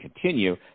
continue